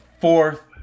fourth